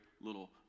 little